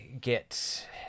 get